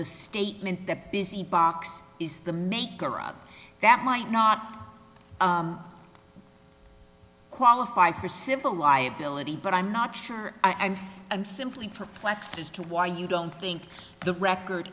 the statement the busy box is the maker of that might not qualify for civil liability but i'm not sure i'm saying and simply perplexed as to why you don't think the record